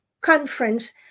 conference